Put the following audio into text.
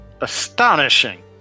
astonishing